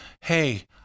hey